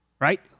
Right